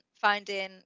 finding